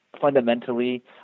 fundamentally